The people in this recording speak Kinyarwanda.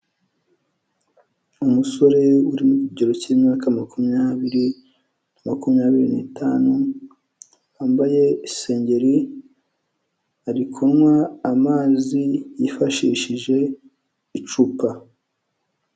Umusore uri mu kigero cy'imyaka makumyabiri na makumyabiri n'itanu, wambaye isengeri, ari kunywa amazi, yifashishije icupa.